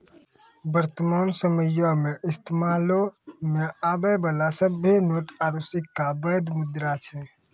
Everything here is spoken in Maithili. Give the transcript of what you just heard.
वर्तमान समयो मे इस्तेमालो मे आबै बाला सभ्भे नोट आरू सिक्का बैध मुद्रा छै